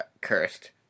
cursed